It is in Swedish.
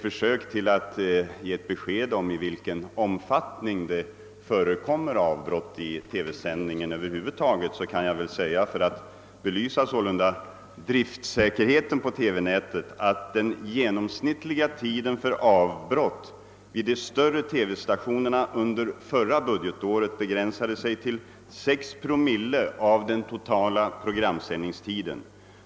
För att belysa i vilken omfattning det förekommer avbrott i TV-sändningen över huvud taget och därmed driftsäkerheten inom TV-nätet kan jag nämna att den genomsnittliga tiden för avbrott vid de större TV-stationerna under förra budgetåret begränsade sig till 6 promille av den totala programsändningstiden.